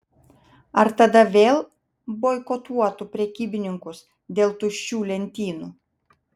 ar tada vėl boikotuotų prekybininkus dėl tuščių lentynų